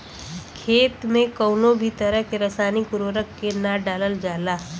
खेती में कउनो भी तरह के रासायनिक उर्वरक के ना डालल जाला